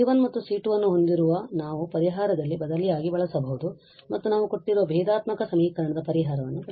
ಆದ್ದರಿಂದ C1 ಮತ್ತುC2 ಅನ್ನು ಹೊಂದಿರುವ ನಾವು ಪರಿಹಾರಲ್ಲಿ ಬದಲಿಯಾಗಿ ಬಳಸಬಹುದು ಮತ್ತು ನಾವು ಕೊಟ್ಟಿರುವ ಭೇದಾತ್ಮಕ ಸಮೀಕರಣದ ಪರಿಹಾರವನ್ನು differential equation